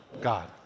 God